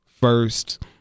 first